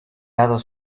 lado